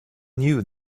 knew